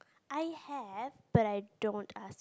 I have but I don't ask